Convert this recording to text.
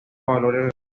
valores